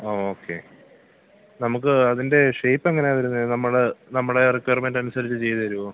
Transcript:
ആ ഓക്കെ നമുക്ക് അതിൻ്റെ ഷേപ്പെങ്ങാനാണ് വരുന്നത് നമ്മൾ നമ്മുടെ റിക്വയർമെൻറ്റിനനുസരിച്ച് ചെയ്തു തരുമോ